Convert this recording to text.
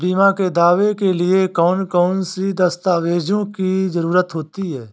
बीमा के दावे के लिए कौन कौन सी दस्तावेजों की जरूरत होती है?